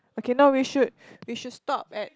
okay no we should we should stop at